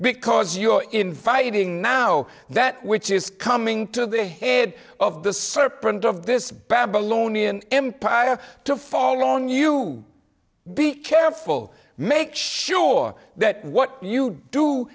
because you are in fighting now that which is coming to the head of the serpent of this babylonian empire to fall on you be careful make sure that what you do